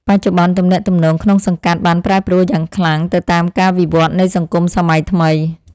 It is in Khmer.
បច្ចុប្បន្ន ទំនាក់ទំនងក្នុងសង្កាត់បានប្រែប្រួលយ៉ាងខ្លាំងទៅតាមការវិវត្តនៃសង្គមសម័យថ្មី។